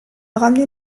ramenait